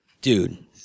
Dude